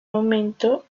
momento